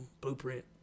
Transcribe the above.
Blueprint